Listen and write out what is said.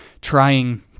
trying